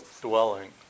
Dwelling